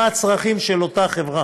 מה הצרכים של אותה חברה.